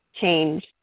change